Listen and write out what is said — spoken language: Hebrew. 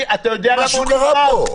משהו קרה פה.